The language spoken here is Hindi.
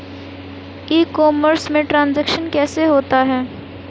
ई कॉमर्स में ट्रांजैक्शन कैसे होता है?